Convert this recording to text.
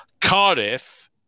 Cardiff